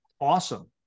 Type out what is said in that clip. awesome